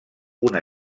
una